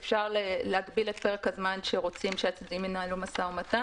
אפשר להגביל את פרק הזמן שרוצים שהצדדים ינהלו משא ומתן